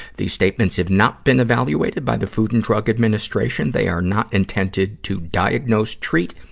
these statements have not been evaluated by the food and drug administration they are not intended to diagnose, treat,